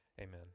amen